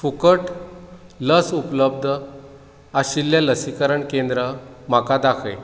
फुकट लस उपलब्ध आशिल्ले लसीकरण केंद्रां म्हाका दाखय